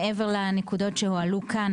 מעבר לנקודות שהועלו כאן,